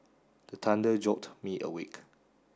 the thunder jolt me awake